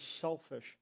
selfish